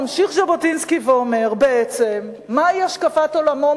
ממשיך ז'בוטינסקי ואומר בעצם מהי השקפת עולמו,